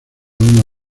una